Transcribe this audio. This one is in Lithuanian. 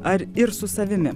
ar ir su savimi